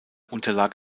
unterlag